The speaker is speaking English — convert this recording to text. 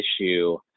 issue